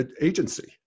agency